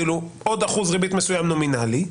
עוד אחוז מסוים של ריבית נומינלית,